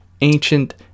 ancient